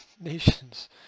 Nations